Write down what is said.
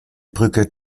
brücke